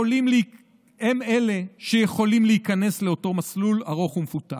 הם שיכולים להיכנס לאותו מסלול ארוך ומפותל.